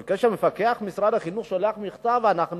אבל כשמפקח משרד החינוך שולח מכתב: אנחנו